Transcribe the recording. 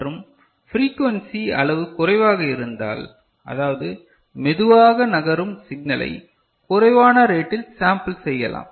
மற்றும் பிரீகுவேன்ஸி அளவு குறைவாக இருந்தால் அதாவது மெதுவாக நகரும் சிக்னலை குறைவான ரேட்டில் சாம்பல் செய்யலாம்